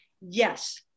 Yes